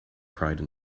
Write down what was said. pride